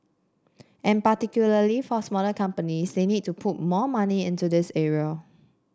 and particularly for smaller companies they need to put more money into this area